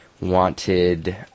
wanted